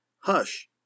Hush